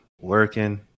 working